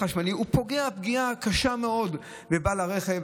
חשמלי פוגע פגיעה קשה מאוד בבעל הרכב.